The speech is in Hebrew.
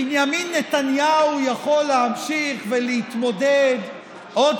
בנימין נתניהו יכול להמשיך ולהתמודד עוד